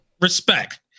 Respect